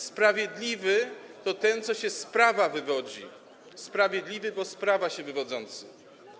Sprawiedliwy to ten, co się z prawa wywodzi, sprawiedliwy, bo z prawa się wywodzący.